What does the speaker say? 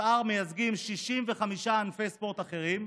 השאר מייצגים 65 ענפי ספורט אחרים,